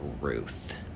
Ruth